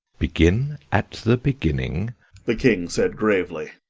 begin at the beginning the king said gravely,